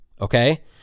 okay